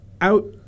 out